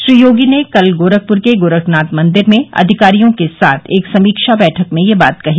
श्री योगी ने कल गोरखपूर के गोरखनाथ मंदिर में अधिकारियों के साथ एक समीक्षा बैठक में यह बात कही